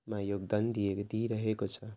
मा योगदान दिएको दिइरहेको छ